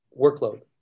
workload